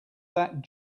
that